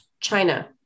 China